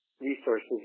resources